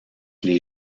les